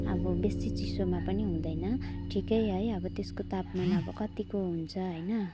अब बेसी चिसोमा पनि हुँदैन ठिकै है अब त्यसको तापमान अब कत्तिको हुन्छ होइन